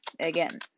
again